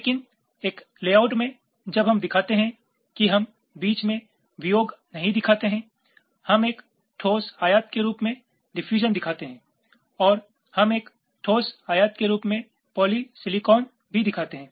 लेकिन एक लेआउट में जब हम दिखाते हैं कि हम बीच में वियोग नहीं दिखाते हैं हम एक ठोस आयात के रूप में डिफयूजन दिखाते हैं और हम एक ठोस आयत के रूप में पॉलीसिलिकॉन भी दिखाते हैं